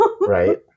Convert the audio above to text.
Right